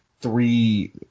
three